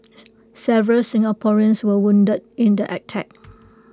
several Singaporeans were wounded in the attack